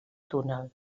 túnel